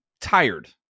tired